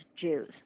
Jews